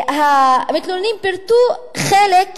המתלוננים פירטו את